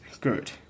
good